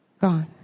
gone